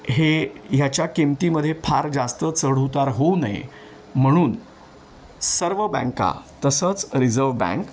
हे ह्याच्या किंमतीमध्येे फार जास्त चढउतार होऊ नये म्हणून सर्व बँका तसंच रिजव बँक